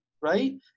right